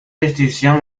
distinción